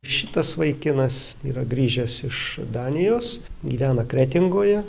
šitas vaikinas yra grįžęs iš danijos gyvena kretingoje